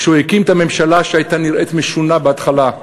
כשהוא הקים את הממשלה שנראתה משונה בהתחלה,